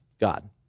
God